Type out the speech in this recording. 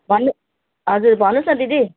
भन्नु हजुर भन्नुहोस् न दिदी